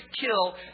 kill